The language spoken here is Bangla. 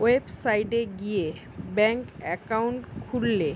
ওয়েবসাইট গিয়ে ব্যাঙ্ক একাউন্ট খুললে